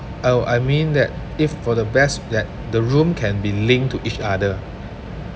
oh I mean that if for the best that the room can be linked to each other